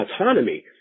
autonomy